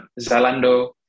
Zalando